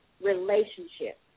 relationship